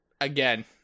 Again